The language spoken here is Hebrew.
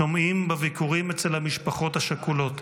שומעים בביקורים אצל המשפחות השכולות,